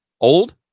Old